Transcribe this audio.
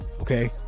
okay